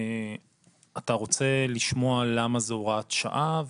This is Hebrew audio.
אתה רוצה לשמוע למה זו הוראת שעה?